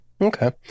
Okay